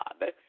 God